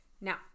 Now